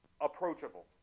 approachable